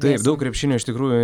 taip daug krepšinio iš tikrųjų